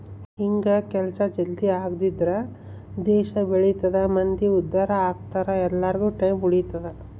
ಹಿಂಗ ಕೆಲ್ಸ ಜಲ್ದೀ ಆಗದ್ರಿಂದ ದೇಶ ಬೆಳಿತದ ಮಂದಿ ಉದ್ದಾರ ಅಗ್ತರ ಎಲ್ಲಾರ್ಗು ಟೈಮ್ ಉಳಿತದ